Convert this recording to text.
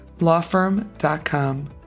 lawfirm.com